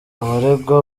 abaregwa